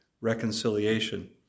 reconciliation